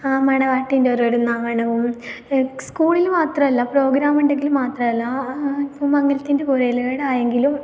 ആ മണവാട്ടിൻ്റെ ഒരു ഒരു നാണവും സ്കൂളിൽ മാത്രമല്ല പ്രോഗ്രാം ഉണ്ടെങ്കിൽ മാത്രമല്ല ഇപ്പോൾ മങ്ങലത്തിൻ്റെ ആയെങ്കിലും